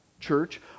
church